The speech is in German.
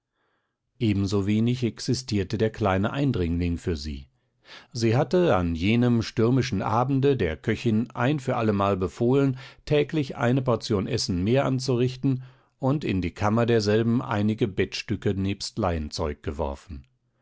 ebensowenig existierte der kleine eindringling für sie sie hatte an jenem stürmischen abende der köchin ein für allemal befohlen täglich eine portion essen mehr anzurichten und in die kammer derselben einige bettstücke nebst leinzeug geworfen